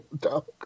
dog